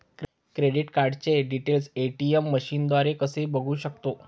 Credit कार्डचे details ATM मशीनद्वारे कसे बघू शकतो?